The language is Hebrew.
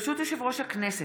ברשות יושב-ראש הכנסת,